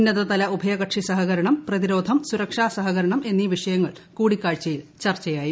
ഉന്നതതല ഉഭയകക്ഷി സഹകരണം പ്രതിരോധം സുരക്ഷാ സഹകരണം എന്നീ വിഷയങ്ങൾ കൂടിക്കാഴ്ചയിൽ ചർച്ചയായി